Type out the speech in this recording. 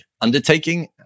undertaking